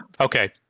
okay